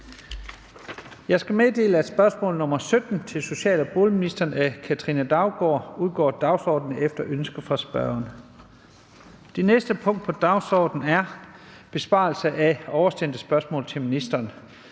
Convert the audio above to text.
Jeg skal meddele, at spørgsmål nr. 17 til social- og boligministeren af Katrine Daugaard (LA) (spm. nr. S 250) udgår af dagsordenen efter ønske fra spørgeren. --- Det eneste punkt på dagsordenen er: 1) Besvarelse af oversendte spørgsmål til ministrene